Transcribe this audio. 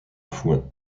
foin